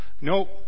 Nope